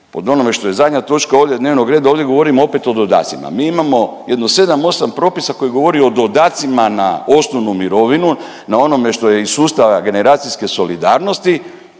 Po onome što je zadnja točka ovdje dnevnog reda, ovdje govorimo opet o dodacima. Mi imamo jedno 7, 8 propisa koji govori o dodacima na osnovnu mirovinu, na onome što je iz sustava generacijske solidarnosti,